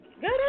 good